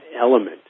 element